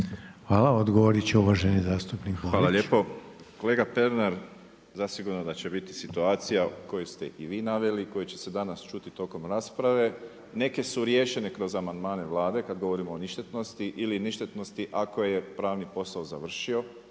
Hvala. Odgovoriti će uvaženi zastupnik Borić. **Borić, Josip (HDZ)** Hvala lijepo. Kolega Pernar, zasigurno da će biti situacija koju ste i vi naveli, koja će se danas ćuti tokom rasprave, neke su riješene kroz amandmane Vlade, kada govorimo o ništetnosti ili ništetnosti ako je pravni posao završio,